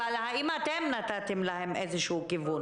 אבל האם אתם נתתם להם איזשהו כיוון?